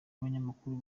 abanyamakuru